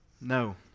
No